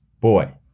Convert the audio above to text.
boy